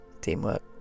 teamwork